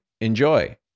Enjoy